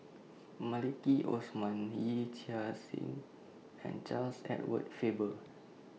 Maliki Osman Yee Chia Hsing and Charles Edward Faber